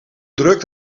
druk